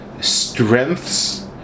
strengths